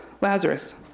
Lazarus